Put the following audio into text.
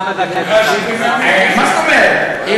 מה זאת אומרת?